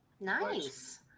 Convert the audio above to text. Nice